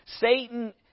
Satan